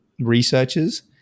researchers